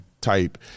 type